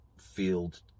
field